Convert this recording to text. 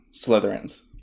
Slytherins